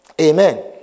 Amen